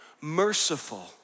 merciful